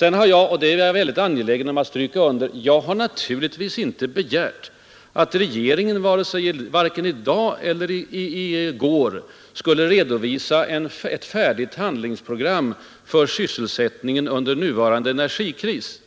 Jag är angelägen om att stryka under att jag naturligtvis inte begärt att regeringen vare sig i dag eller i går skulle redovisa ett färdigt handlingsprogram för sysselsättningen under nuvarande energikris.